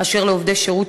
אשר לעובדי שירות,